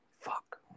Fuck